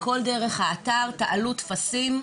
הכול דרך האתר, תעלו טפסים.